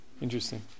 Interesting